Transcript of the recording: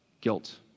guilt